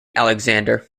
alexander